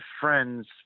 friends